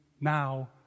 now